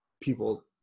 people